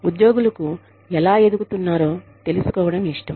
ఉద్యోగులుకు ఎలా ఎదుగుతున్నారో తెలుసుకోవడం ఇష్టం